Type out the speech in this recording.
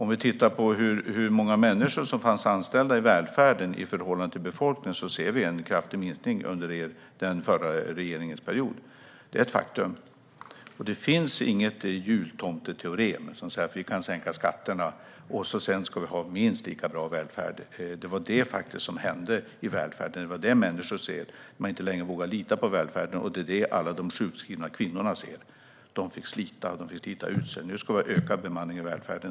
Om vi tittar på hur många människor som fanns anställda i välfärden i förhållande till befolkningen ser vi en kraftig minskning under den förra regeringens period. Det är ett faktum. Det finns inget jultomteteorem som säger att vi kan sänka skatterna och sedan ha minst lika bra välfärd. Det var faktiskt detta som hände i välfärden - människorna såg detta och vågade inte längre lita på välfärden. Alla de sjukskrivna kvinnorna såg detta; de fick slita ut sig. Nu ska vi ha ökad bemanning i välfärden.